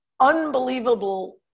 unbelievable